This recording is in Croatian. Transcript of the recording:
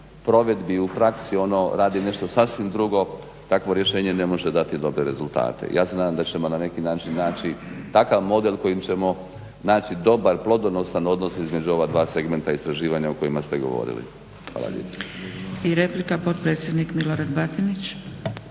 provedbi u praksi ono radi nešto sasvim drugo, takvo rješenje ne može dati dobre rezultate. Ja se nadam da ćemo na neki način naći takav model kojim ćemo naći dobar, plodonosan odnos između ova dva segmenta istraživanja o kojima ste govorili. Hvala lijepo.